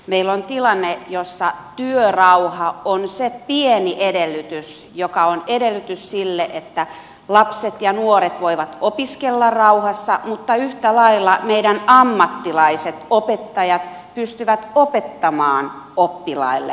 meillä on tilanne jossa työrauha on se pieni edellytys joka on edellytys sille että lapset ja nuoret voivat opiskella rauhassa mutta yhtä lailla meidän ammattilaiset opettajat pystyvät opettamaan oppilaille rauhassa